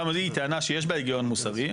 גם היא טענה שיש בה היגיון מוסרי.